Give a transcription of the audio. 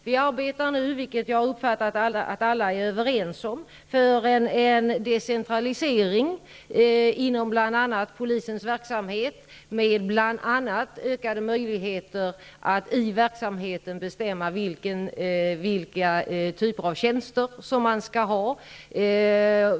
Vi arbetar nu -- vilket jag har uppfattat att alla är överens om -- för en decentralisering av bl.a. polisens verksamhet, med ökade möjligheter att i verksamheten bestämma vilka typer av tjänster som man skall ha.